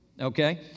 Okay